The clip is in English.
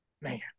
man